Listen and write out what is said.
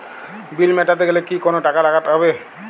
বিল মেটাতে গেলে কি কোনো টাকা কাটাবে?